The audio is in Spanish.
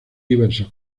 diversos